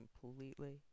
completely